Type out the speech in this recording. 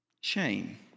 shame